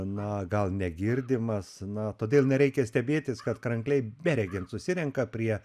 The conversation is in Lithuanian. na gal negirdimas na todėl nereikia stebėtis kad krankliai beregint susirenka prie